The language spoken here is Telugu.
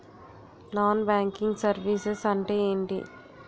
నాన్ బ్యాంకింగ్ సర్వీసెస్ అంటే ఎంటి?